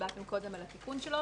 שהצבעתם קודם על התיקון שלו,